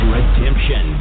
Redemption